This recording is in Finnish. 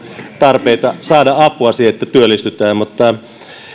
tarpeita saada apua siihen niin että työllistytään